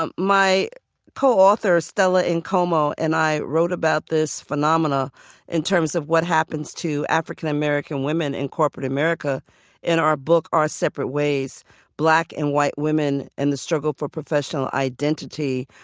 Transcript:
um my co-author stella nkomo and i wrote about this phenomena in terms of what happens to african-american women in corporate america in our book, our separate ways black and white women and the struggle for professional identity,